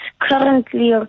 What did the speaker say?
currently